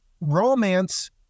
romance